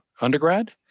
undergrad